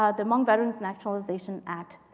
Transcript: ah the hmong veterans naturalization act.